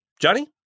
Johnny